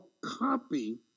copy